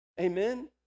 Amen